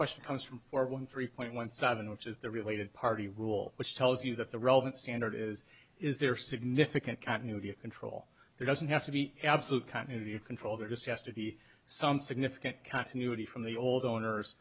question comes from four one three point one seven which is the related party rule which tells you that the relevant standard is is there significant continuity of control there doesn't have to be absolute control that is has to be some significant continuity from the old owners